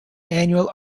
annual